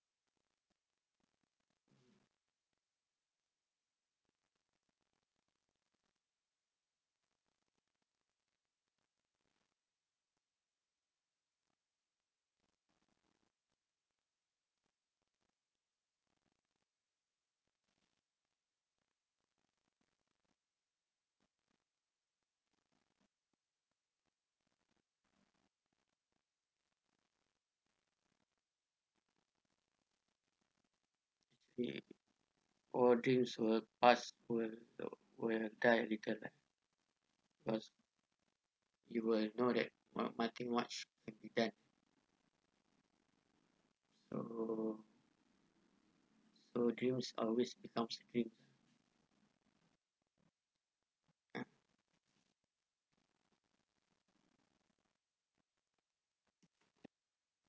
we all dreams will pass we're we're tiny little ya because you will know that nothing much can be done so so dreams always become dreams uh